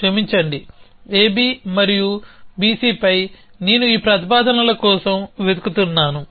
క్షమించండి AB మరియు BCపై నేను ఈ ప్రతిపాదనల కోసం వెతుకుతున్నాను